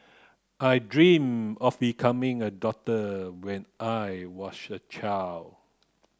I dream of becoming a doctor when I was a child